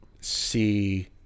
see